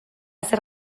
zer